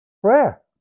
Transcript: Prayer